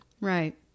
Right